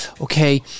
okay